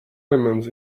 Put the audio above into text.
lemons